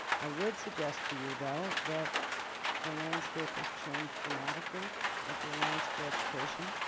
i would suggest to you though that the landscape has changed dramatically with the alliance for education.